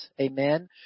Amen